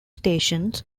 stations